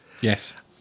Yes